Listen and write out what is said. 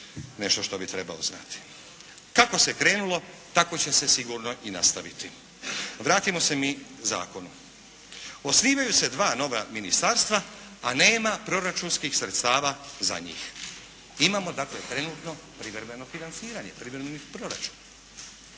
nešto što bi trebao znati. Kako se krenulo tako će se sigurno i nastaviti. Vratimo se mi zakonu. Osnivaju se dva nova ministarstva a nema proračunskih sredstava za njih. Imamo dakle trenutno privremeno financiranje, privremeni proračun.